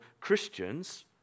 Christians